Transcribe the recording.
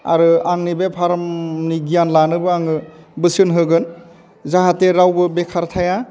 आरो आंनि बे फार्मनि गियान लानोबो आङो बोसोन होगोन जाहाथे रावबो बेखार थाया